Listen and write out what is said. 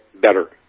better